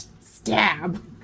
stab